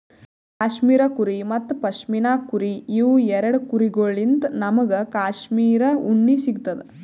cashmere ಕುರಿ ಮತ್ತ್ ಪಶ್ಮಿನಾ ಕುರಿ ಇವ್ ಎರಡ ಕುರಿಗೊಳ್ಳಿನ್ತ್ ನಮ್ಗ್ ಕ್ಯಾಶ್ಮೀರ್ ಉಣ್ಣಿ ಸಿಗ್ತದ್